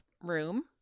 room